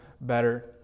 better